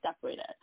separated